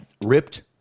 ripped